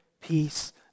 peace